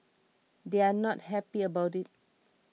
they're not happy about it